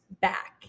back